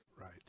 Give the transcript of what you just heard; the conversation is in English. Right